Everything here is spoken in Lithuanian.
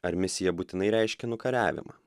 ar misija būtinai reiškia nukariavimą